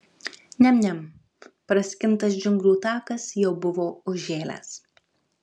niam niam praskintas džiunglių takas jau buvo užžėlęs